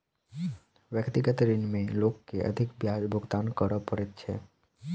व्यक्तिगत ऋण में लोक के अधिक ब्याज भुगतान करय पड़ैत छै